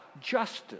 justice